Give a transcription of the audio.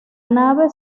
nave